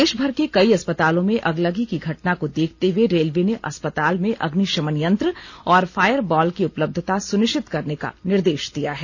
देशभर के कई अस्पतालों में अगलगी की घटना को देखते हुए रेलवे ने अस्पताल में अग्निशमन यंत्र और फायर बॉल की उपलब्धता सुनिश्चित करने का निर्देश दिया है